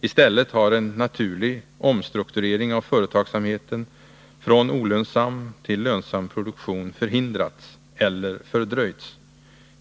I stället har en naturlig omstrukturering av företagsamheten från olönsam till lönsam produktion förhindrats eller fördröjts.